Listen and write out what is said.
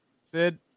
Sid